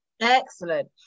Excellent